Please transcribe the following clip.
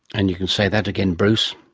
and you can say that again bruce.